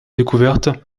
découverte